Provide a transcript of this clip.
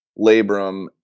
labrum